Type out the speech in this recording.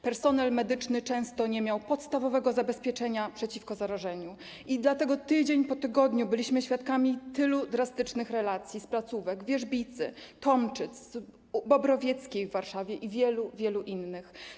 Personel medyczny często nie miał podstawowego zabezpieczenia przeciwko zarażeniu i dlatego tydzień po tygodniu byliśmy świadkami tylu drastycznych relacji z placówek w Wierzbicy, Tomczyc, z Bobrowieckiej w Warszawie i wielu, wielu innych.